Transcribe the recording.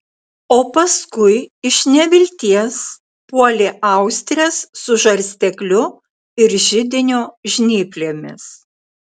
o paskui iš nevilties puolė austres su žarstekliu ir židinio žnyplėmis